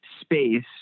space